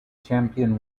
champion